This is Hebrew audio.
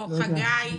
או חגי?